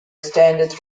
standards